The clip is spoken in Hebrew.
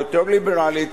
היותר-ליברלית,